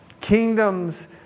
Kingdoms